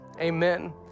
amen